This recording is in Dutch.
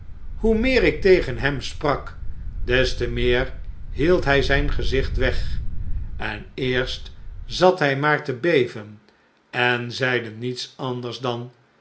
hoe meer ik tegen hem sprak des te meer hield hij zijn gezicht weg en eerst zat hij maar te beven en zeide niets anders dan